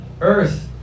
Earth